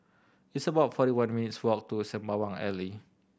it's about forty one minutes' walk to Sembawang Alley